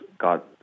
got